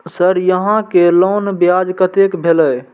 Sir यहां के loan ब्याज कतेक भेलेय?